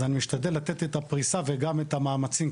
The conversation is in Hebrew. אז אני משתדל לתת את הפרישה וגם את המאמצים,